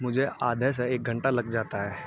مجھے آدھے سے ایک گھنٹہ لگ جاتا ہے